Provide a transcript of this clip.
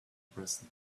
present